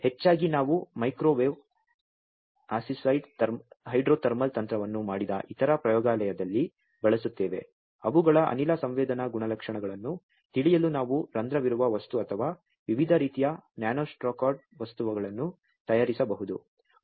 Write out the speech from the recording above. ಮತ್ತು ಹೆಚ್ಚಾಗಿ ನಾವು ಮೈಕ್ರೋವೇವ್ ಅಸಿಸ್ಟೆಡ್ ಹೈಡ್ರೋಥರ್ಮಲ್ ತಂತ್ರವನ್ನು ಮಾಡಿದ ಇತರ ಪ್ರಯೋಗಾಲಯದಲ್ಲಿ ಬಳಸುತ್ತೇವೆ ಅವುಗಳ ಅನಿಲ ಸಂವೇದನಾ ಗುಣಲಕ್ಷಣಗಳನ್ನು ತಿಳಿಯಲು ನಾವು ರಂಧ್ರವಿರುವ ವಸ್ತು ಅಥವಾ ವಿವಿಧ ರೀತಿಯ ನ್ಯಾನೊಸ್ಟ್ರಕ್ಚರ್ಡ್ ವಸ್ತುಗಳನ್ನು ತಯಾರಿಸಬಹುದು